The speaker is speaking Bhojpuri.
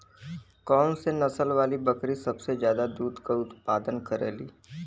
कौन से नसल वाली बकरी सबसे ज्यादा दूध क उतपादन करेली?